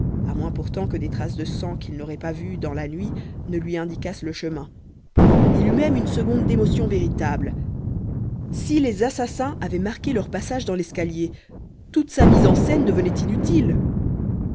à moins pourtant que des traces de sang qu'il n'aurait pas vues dans la nuit ne lui indiquassent le chemin il eut même une seconde d'émotion véritable si les assassins avaient marqué leur passage dans l'escalier toute sa mise en scène devenait inutile